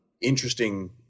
interesting